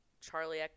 Charlie